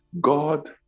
God